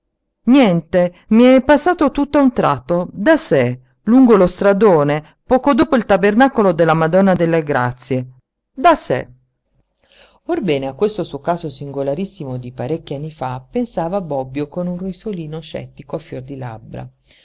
iente i è passato tutt'a un tratto da sé lungo lo stradone poco dopo il tabernacolo della madonna delle grazie da sé orbene a questo suo caso singolarissimo di parecchi anni fa pensava bobbio con un risolino scettico a fior di labbra